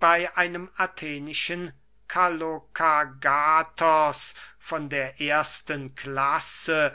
bey einem athenischen kalokagathos von der ersten klasse